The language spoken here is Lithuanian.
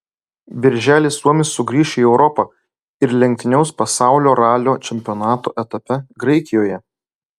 birželį suomis sugrįš į europą ir lenktyniaus pasaulio ralio čempionato etape graikijoje